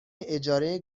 اجاره